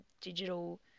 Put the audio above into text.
digital